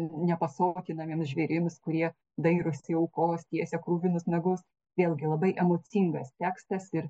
nepasotinamiems žvėrims kurie dairosi aukos tiesia kruvinus nagus vėlgi labai emocingas tekstas ir